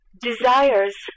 desires